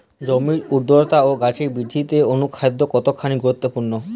জমির উর্বরতা ও গাছের বৃদ্ধিতে অনুখাদ্য কতখানি গুরুত্বপূর্ণ?